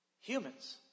humans